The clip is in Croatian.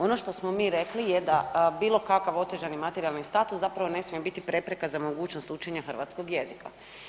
Ono što smo mi rekli je da bilo kakav otežani materijalni status zapravo ne smije biti prepreka za mogućnost učenja hrvatskog jezika.